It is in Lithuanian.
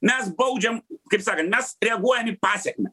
mes baudžiam kaip sakant mes reaguojam į pasekmę